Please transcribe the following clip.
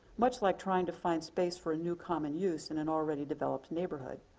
much like trying to find space for a new common use in an already developed neighborhood.